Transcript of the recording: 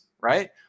Right